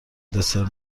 دسر